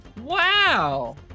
Wow